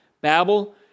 Babel